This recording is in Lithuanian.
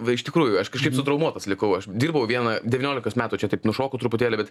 va iš tikrųjų aš kažkaip sutraumuotas likau aš dirbau vieną devyniolikos metų čia taip nušoku truputėlį bet